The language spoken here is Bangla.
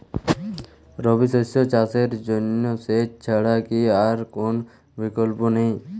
রবি শস্য চাষের জন্য সেচ ছাড়া কি আর কোন বিকল্প নেই?